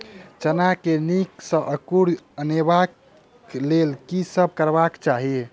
चना मे नीक सँ अंकुर अनेबाक लेल की सब करबाक चाहि?